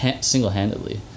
single-handedly